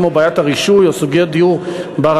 כמו בעיית הרישוי או סוגיית דיור בר-השגה,